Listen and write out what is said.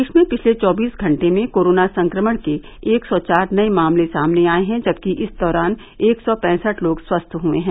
प्रदेश में पिछले चौबीस घंटे में कोरोना संक्रमण के एक सौ चार नए मामले सामने आए हैं जबकि इस दौरान एक सौ पैंसठ लोग स्वस्थ हुए हैं